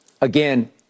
Again